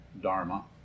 dharma